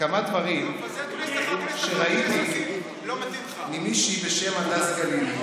כמה דברים שראיתי ממישהי בשם הדס גלילי.